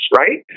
right